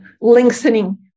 lengthening